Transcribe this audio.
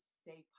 stay